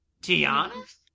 Tiana